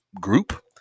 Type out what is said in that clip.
group